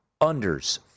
unders